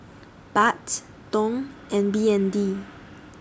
Baht Dong and B N D